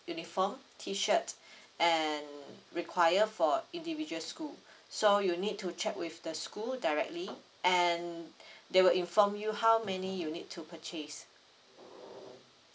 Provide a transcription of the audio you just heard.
uniform tee shirt and require for individual school so you need to check with the school directly and they will inform you how many you need to purchase